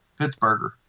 Pittsburgher